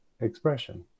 expression